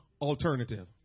alternative